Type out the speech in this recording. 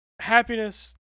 happiness